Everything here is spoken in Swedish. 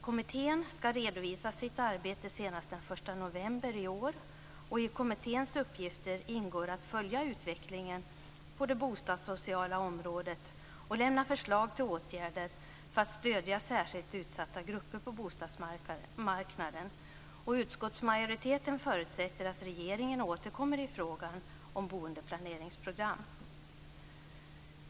Kommittén ska redovisa sitt arbete senast den 1 november i år. I kommitténs uppgifter ingår att följa utvecklingen på det bostadssociala området och lämna förslag till åtgärder för att stödja särskilt utsatta grupper på bostadsmarknaden. Utskottsmajoriteten förutsätter att regeringen återkommer i frågan om boendeplaneringsprogram.